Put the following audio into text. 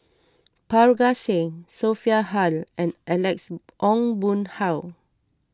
Parga Singh Sophia Hull and Alex Ong Boon Hau